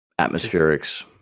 atmospherics